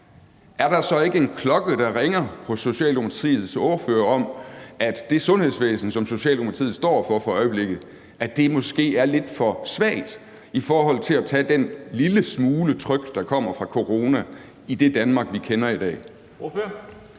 er der så ikke en klokke, der ringer hos Socialdemokratiets ordfører om, at det sundhedsvæsen, som Socialdemokratiet står for for øjeblikket, måske er lidt for svagt i forhold til at tage det lille smule tryk, der kommer fra corona, i det Danmark, vi kender i dag? Kl.